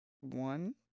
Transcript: One